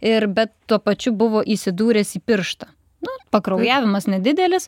ir bet tuo pačiu buvo įsidūręs į pirštą nu pakraujavimas nedidelis